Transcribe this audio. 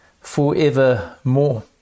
forevermore